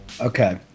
Okay